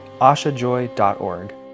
ashajoy.org